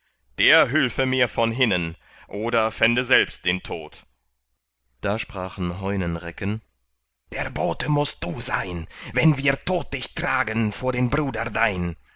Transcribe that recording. der hülfe mir von hinnen oder fände selbst den tod da sprachen heunenrecken der bote mußt du sein wenn wir tot dich tragen vor den bruder dein